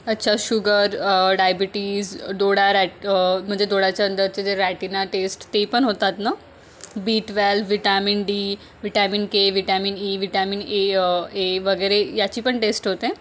अच्छा sugar diabetes डोळ्या रॅट म्हणजे डोळ्याच्या अंदरचे जे रॅटीना टेस्ट ते पण होतात नां B twelve vitamin D vitamin K vitamin E vitamin A A वगैरे याची पण टेस्ट होते